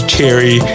Cherry